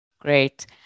Great